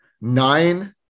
nine